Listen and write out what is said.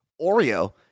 Oreo